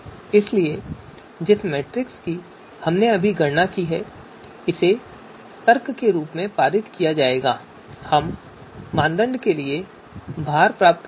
इसलिए जिस मैट्रिक्स की हमने अभी गणना की है उसे तर्क के रूप में पारित किया जाएगा और हम मानदंड के लिए भार प्राप्त करेंगे